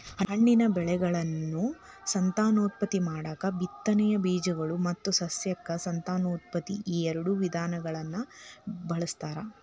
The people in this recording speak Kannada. ಹಣ್ಣಿನ ಬೆಳೆಗಳನ್ನು ಸಂತಾನೋತ್ಪತ್ತಿ ಮಾಡಾಕ ಬಿತ್ತನೆಯ ಬೇಜಗಳು ಮತ್ತು ಸಸ್ಯಕ ಸಂತಾನೋತ್ಪತ್ತಿ ಈಎರಡು ವಿಧಗಳನ್ನ ಬಳಸ್ತಾರ